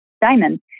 diamond